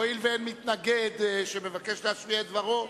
הואיל ואין מתנגד שמבקש להשמיע את דברו,